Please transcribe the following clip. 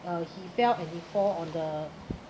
he fell and he fall on the